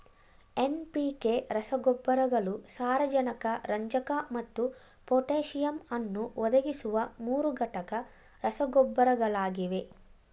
NPK ರಸಗೊಬ್ಬರಗಳು ಸಾರಜನಕ ರಂಜಕ ಮತ್ತು ಪೊಟ್ಯಾಸಿಯಮ್ ಅನ್ನು ಒದಗಿಸುವ ಮೂರುಘಟಕ ರಸಗೊಬ್ಬರಗಳಾಗಿವೆ